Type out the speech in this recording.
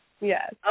Yes